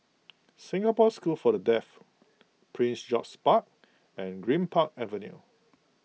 Singapore School for the Deaf Prince George's Park and Greenpark Avenue